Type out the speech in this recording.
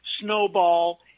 Snowball